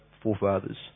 forefathers